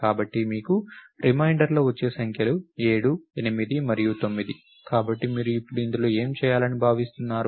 కాబట్టి మీకు రిమైన్దర్ లో వచ్చే సంఖ్యలు 7 8 మరియు 9 కాబట్టి మీరు ఇప్పుడు ఇందులో ఏమి చేయాలని భావిస్తున్నారు